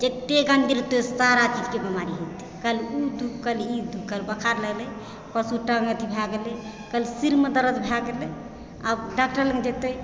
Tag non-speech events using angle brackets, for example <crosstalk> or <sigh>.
जत्ते गन्दगी रहतै सारा चीजके बीमारी हेतै कल ई दुःख कल ई दुःख कल बोखार लगलै परसू <unintelligible> अथी भए गेलै कल सिरमे दर्द भए गेलै आब डॉक्टर लग जेतै